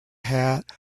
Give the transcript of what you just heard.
hat